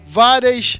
várias